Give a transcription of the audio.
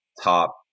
top